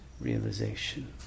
realization